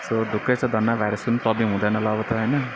so ढुक्कै छ धन्न भाइरसको पनि प्रब्लम हुँदैन होला अब त होइन